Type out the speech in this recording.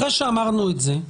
אחרי שאמרנו את זה,